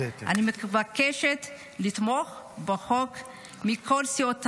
אני מבקשת לתמוך בחוק מכל סיעות הבית.